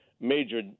major